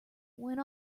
went